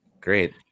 Great